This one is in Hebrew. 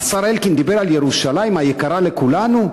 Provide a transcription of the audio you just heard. השר אלקין דיבר על ירושלים, היקרה לכולנו.